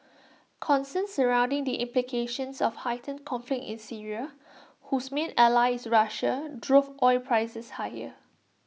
concerns surrounding the implications of heightened conflict in Syria whose main ally is Russia drove oil prices higher